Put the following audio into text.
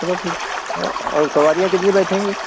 चलो फिर औ और सवारियाँ कितनी बैठेंगी